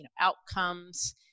outcomes